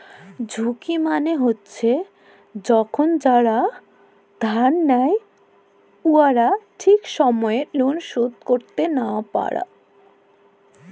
ঝুঁকি মালে হছে কখল যারা ধার লেই উয়ারা ঠিক সময়ে লল শোধ ক্যইরতে লা পারে